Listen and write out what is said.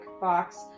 box